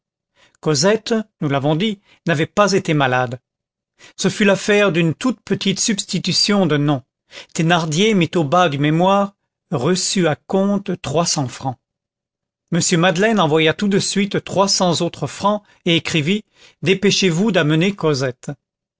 cosette nous l'avons dit n'avait pas été malade ce fut l'affaire d'une toute petite substitution de noms thénardier mit au bas du mémoire reçu à compte trois cents francs m madeleine envoya tout de suite trois cents autres francs et écrivit dépêchez-vous d'amener cosette